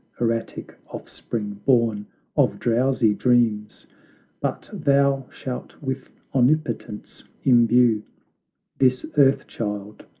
erratic offspring born of drowsy dreams but thou shalt with omnipotence imbue this earth-child,